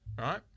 right